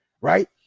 right